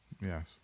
Yes